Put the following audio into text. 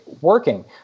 working